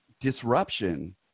disruption